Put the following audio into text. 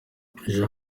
jean